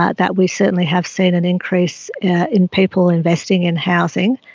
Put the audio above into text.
ah that we certainly have seen an increase in people investing in housing,